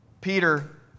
Peter